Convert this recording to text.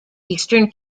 eastern